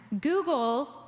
Google